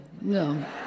no